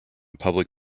public